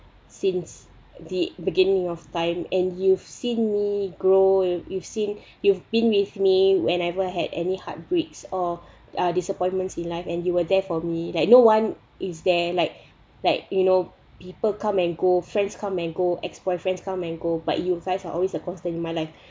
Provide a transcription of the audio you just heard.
since the beginning of time and you've seen me grow you've seen you've been with me whenever I had any heartbreaks or uh disappointments in life and you were there for me that no one is there like like you know people come and go friends come and go ex boyfriend friends come and go but you guys are always a constant in my life